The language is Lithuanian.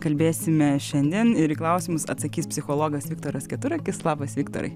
kalbėsime šiandien ir į klausimus atsakys psichologas viktoras keturakis labas viktorai